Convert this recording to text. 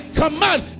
command